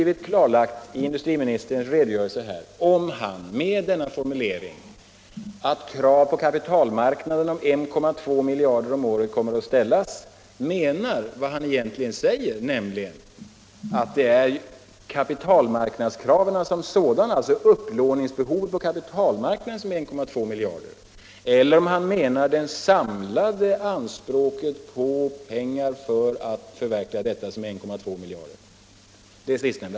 Vidare sade industriministern i sin redogörelse här att krav kommer att ställas på kapitalmarknaden på 1,2 miljarder om året. Men det blev inte klarlagt om industriministern då menade vad han faktiskt sade, att det är kapitalmarknadskraven som är så stora — alltså upplåningsbehovet på kapitalmarknaden — eller om han menade att det är de samlade anspråken på pengar för att förverkliga planerna som uppgår till 1,2 miljarder.